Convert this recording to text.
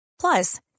Plus